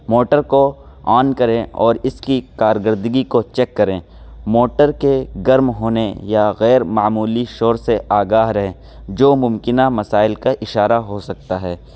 motor کو on کریں اور اس کی کارگردگی کو چیک کریں موٹر کے گرم ہونے یا غیر معمولی شور سے آگاہ رہیں جو ممکنہ مسائل کا اشارہ ہو سکتا ہے